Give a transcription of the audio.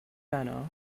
banner